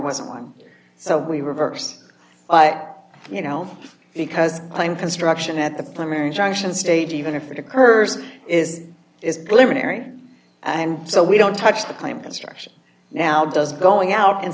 wasn't one so we reversed i you know because i'm construction at the primary junction stage even if it occurs is is libertarian and so we don't touch the claim construction now does going out and